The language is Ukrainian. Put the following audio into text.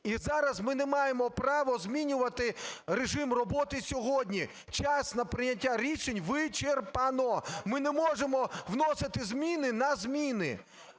І зараз ми не маємо права змінювати режим роботи сьогодні. Час на прийняття рішень вичерпано. Ми не можемо вносити зміни на зміни.